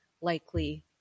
likely